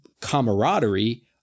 camaraderie